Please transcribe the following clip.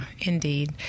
Indeed